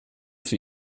für